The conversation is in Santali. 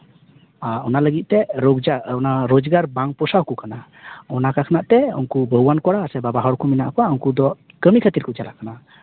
ᱚᱱᱟ ᱞᱟᱹᱜᱤᱫ ᱛᱮ ᱨᱳᱡᱽᱜᱟᱨ ᱚᱱᱟ ᱨᱳᱡᱽᱜᱟᱨ ᱵᱟᱝ ᱯᱚᱥᱟᱣᱟᱠᱚ ᱠᱟᱱᱟ ᱚᱱᱟ ᱠᱷᱚᱱᱟᱜ ᱛᱮ ᱩᱱᱠᱩ ᱵᱟᱹᱦᱩᱣᱟᱱ ᱠᱚᱲᱟ ᱥᱮ ᱵᱟᱵᱟ ᱦᱚᱲ ᱠᱚ ᱢᱮᱱᱟᱜ ᱠᱚᱣᱟ ᱩᱱᱠᱩ ᱫᱚ ᱠᱟᱹᱢᱤ ᱠᱷᱟᱹᱛᱤᱨ ᱠᱚ ᱪᱟᱞᱟᱜ ᱠᱟᱱᱟ